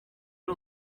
ari